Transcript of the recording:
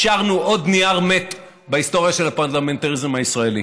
השארנו עוד נייר מת בהיסטוריה של הפרלמנטריזם הישראלי.